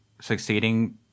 succeeding